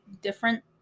different